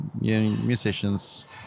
musicians